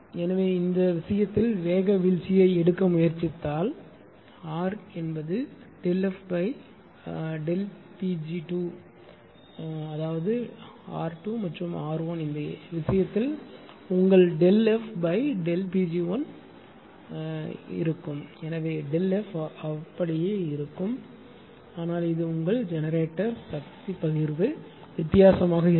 எனவே இந்த விஷயத்தில் வேக வீழ்ச்சியை எடுக்க முயற்சித்தால் R ΔFΔ Pg2 அதாவது R 2 மற்றும் R 1 இந்த விஷயத்தில் உங்கள் ΔF Pg1சரி எனவே ΔF அப்படியே இருக்கும் ஆனால் இது உங்கள் ஜெனரேட்டர் சக்தி பகிர்வு வித்தியாசமாக இருக்கும்